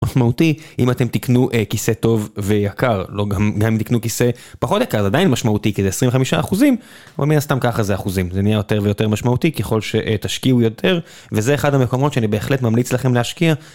משמעותי אם אתם תקנו כיסא טוב ויקר, לא גם אם תקנו כיסא פחות יקר, זה עדיין משמעותי כי זה 25 אחוזים, אבל מן הסתם ככה זה אחוזים, זה נהיה יותר ויותר משמעותי ככל שתשקיעו יותר, וזה אחד המקומות שאני בהחלט ממליץ לכם להשקיע.